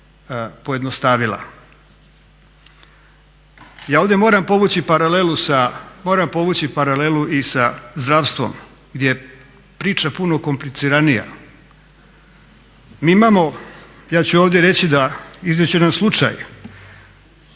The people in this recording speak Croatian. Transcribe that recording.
Ja ovdje moram povući paralelu i sa zdravstvom gdje je priča puno kompliciranija. Mi imamo ja ću ovdje reći da iznijet ću jedan slučaj